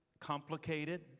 complicated